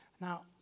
Now